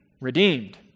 redeemed